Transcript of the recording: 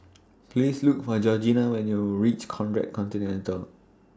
Please Look For Georgina when YOU REACH Conrad Centennial